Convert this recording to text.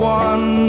one